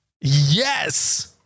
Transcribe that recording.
Yes